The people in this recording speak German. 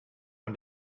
von